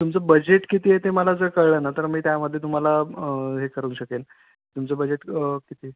तुमचं बजेट किती आहे ते मला जर कळलं ना तर मी त्यामध्ये तुम्हाला हे करू शकेन तुमचं बजेट किती आहे